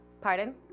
Pardon